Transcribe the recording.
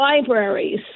libraries